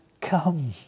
come